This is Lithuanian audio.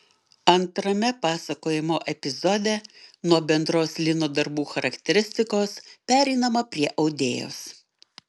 antrame pasakojimo epizode nuo bendros lino darbų charakteristikos pereinama prie audėjos